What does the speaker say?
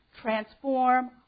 transform